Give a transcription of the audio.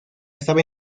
estaba